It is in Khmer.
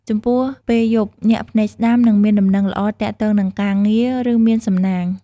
ចំពោះ ពេលយប់ ញាក់ភ្នែកស្តាំ នឹងមានដំណឹងល្អទាក់ទងនឹងការងារ ឬមានសំណាង។